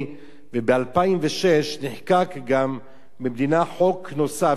וב-2006 גם נחקק במדינה חוק נוסף שקובע